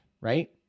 right